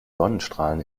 sonnenstrahlen